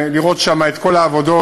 לראות שם את כל העבודות.